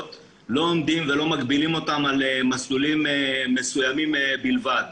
לא מגבילים אותם במסלולים מסוימים בלבד,